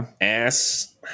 Ass